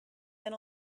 than